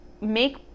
make